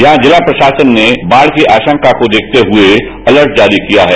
यहां जिला प्रशासन ने बाढ़ की आशंका को देखते हुए अलर्ट जारी किया है